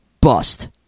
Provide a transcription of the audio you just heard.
bust